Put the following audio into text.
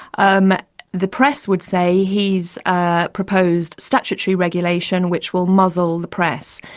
um the press would say he's ah proposed statutory regulation, which will muzzle the press.